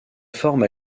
forme